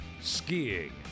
skiing